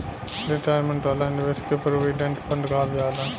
retirement वाला निवेश के प्रोविडेंट फण्ड कहल जाला